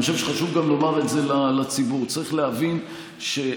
ואני חושב שחשוב לומר את זה לציבור: צריך להבין ש-1